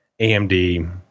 AMD